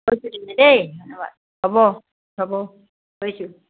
থৈছোঁ তেন্তে দেই ধন্যবাদ হ'ব হ'ব থৈছোঁ